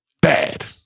Bad